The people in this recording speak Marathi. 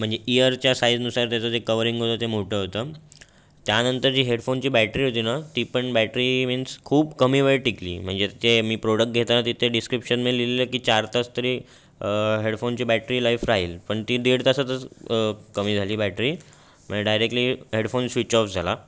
म्हणजे इअरच्या साईजनुसार त्याचं जे कवरींग होतं ते मोठं होतं त्यांनतर जी हेडफोनची बॅटरी होती ना ती पण बॅटरी मीन्स खूप कमी वेळ टिकली म्हणजे ते मी प्रोडक घेताना तिथे डिस्क्रिप्शनमध्ये लिहिलेलं की चार तास तरी हेडफोनची बॅटरी लाईफ राहील पण ती दीड तासातच कमी झाली बॅटरी म्हणजे डायरेक्टली हेडफोन स्विच ऑफ झाला